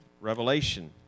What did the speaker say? Revelation